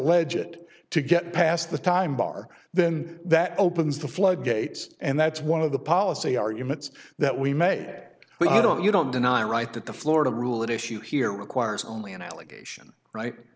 legit to get past the time bar then that opens the floodgates and that's one of the policy arguments that we may get we don't you don't deny right that the florida rule at issue here requires only an allegation right